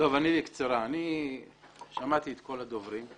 אני שמעתי את כל הדוברים.